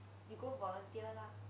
you go volunteer lah